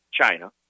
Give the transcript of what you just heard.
China